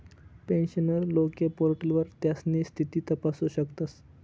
pensioner लोके पोर्टलवर त्यास्नी स्थिती तपासू शकतस